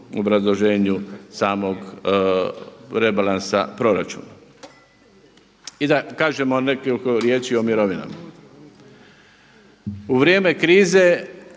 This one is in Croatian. u obrazloženju samog rebalansa proračuna. I da kažemo nekoliko riječi o mirovinama. U vrijeme krize